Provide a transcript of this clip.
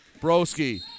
Broski